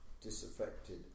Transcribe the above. disaffected